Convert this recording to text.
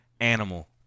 animal